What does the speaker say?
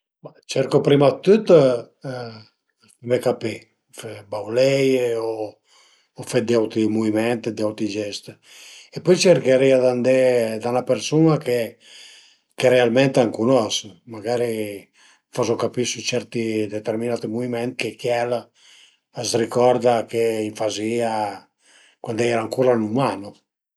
Ma cercu prima d'tüt d'feme capì, bauleie o fe d'auti muviment, d'auti gest e pöi cercherìa d'andé da 'na persun-a che realment a m'cunos, magari m'fazu capì sü certi determinati muviment che chiel a s'ricorda che fazìa cuand a i era ancura ün umano